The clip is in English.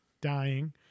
dying